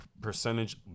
percentage